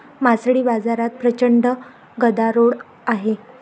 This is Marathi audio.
मासळी बाजारात प्रचंड गदारोळ आहे